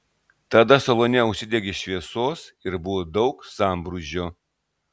tada salone užsidegė šviesos ir buvo daug sambrūzdžio